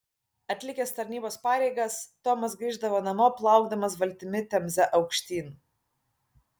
atlikęs tarnybos pareigas tomas grįždavo namo plaukdamas valtimi temze aukštyn